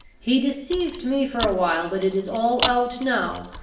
he deceived me for a while, but it is all out now.